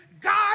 God